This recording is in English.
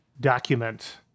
document